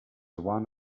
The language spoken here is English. one